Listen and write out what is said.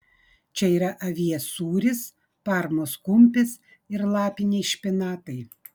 čia yra avies sūris parmos kumpis ir lapiniai špinatai